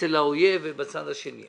אצל האויב בצד השני.